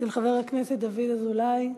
של חבר הכנסת דוד אזולאי.